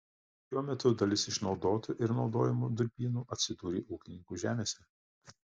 šiuo metu dalis išnaudotų ir naudojamų durpynų atsidūrė ūkininkų žemėse